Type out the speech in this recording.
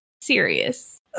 serious